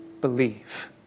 believe